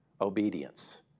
obedience